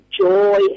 joy